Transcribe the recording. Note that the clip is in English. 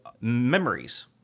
memories